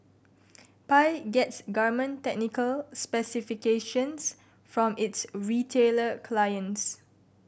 Pi gets garment technical specifications from its retailer clients